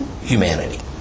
humanity